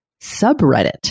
subreddit